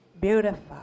beautiful